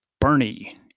bernie